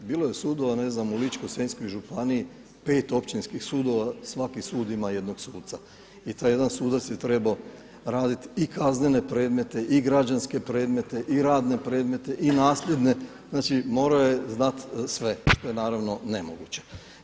Bilo je sudova u Ličko-senjskoj županiji pet općinskih sudova, svaki sud ima jednog suca i taj jedan sudac je trebao raditi i kaznene predmete i građanske predmete i radne predmete i nasljedne, znači morao je znati sve što je naravno nemoguće.